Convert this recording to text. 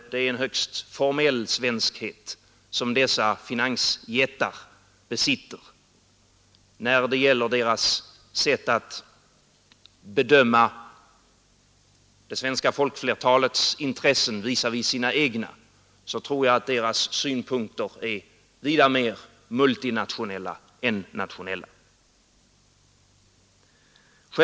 Det är en högst formell svenskhet som dessa finansjättar besitter. När det gäller deras sätt att bedöma det svenska folkflertalets intressen visavi sina egna så tror jag att deras synpunkter är vida mer multinationella än nationella.